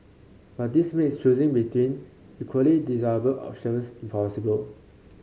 but this makes choosing between equally desirable options impossible